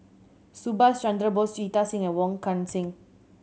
Subhas Chandra Bose Jita Singh and Wong Kan Seng